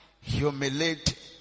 humiliate